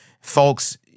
Folks